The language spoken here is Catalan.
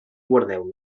guardeu